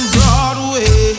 Broadway